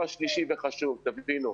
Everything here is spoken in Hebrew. והכי חשוב, אנחנו בחודש מאי ובחודש יוני,